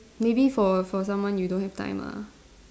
maybe for for someone you don't have time ah